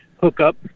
hookup